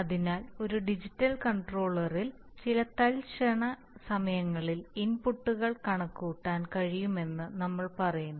അതിനാൽ ഒരു ഡിജിറ്റൽ കൺട്രോളറിൽ ചില തൽക്ഷണ സമയങ്ങളിൽ ഇൻപുട്ടുകൾ കണക്കുകൂട്ടാൻ കഴിയുമെന്ന് നമ്മൾ പറയുന്നു